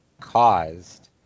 caused